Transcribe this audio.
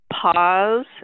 pause